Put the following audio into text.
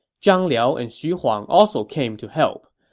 zhang liao and xu huang also came to help.